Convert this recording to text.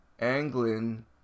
Anglin